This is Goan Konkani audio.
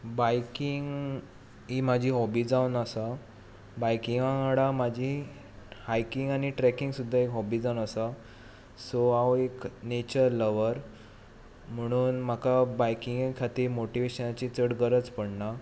बायकींग ही म्हजी हॉबी जावन आसा बायकींगा वांगडा म्हाजी हायकींग आनी ट्रॅकींग सुद्दा एक हॉबी जावन आसा सो हांव एक नॅचर लवर म्हणून म्हाका बायकींगे खातीर चड मोटीवेशनाची गरज पडना